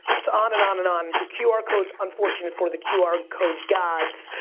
it's on, and on, and on. so, qr codes, unfortunate for the qr code gods,